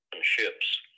Ships